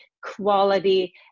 quality